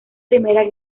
primera